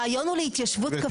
הרעיון הוא להתיישבות כפרית קטנה.